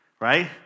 right